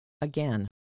again